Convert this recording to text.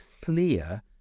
clear